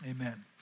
Amen